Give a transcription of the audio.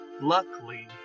luckily